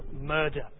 murder